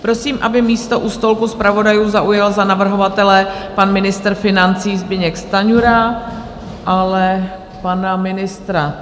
Prosím, aby místo u stolku zpravodajů zaujal za navrhovatele pan ministr financí Zbyněk Stanjura, ale pana ministra ...